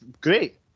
great